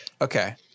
Okay